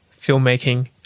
filmmaking